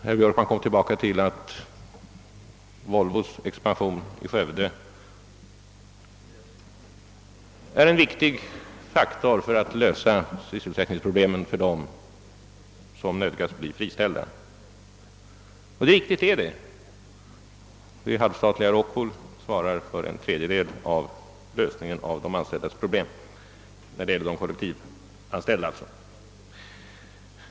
Herr Björkman återkom till att Volvos expansion i Skövde är en viktig faktor för att lösa sysselsättningsproblemen för dem som nödgas bli friställda. Detta är riktigt. Det halvstatliga Rockwool svarar för lösningen av problemen för en tredjedel av de kollektivanställda.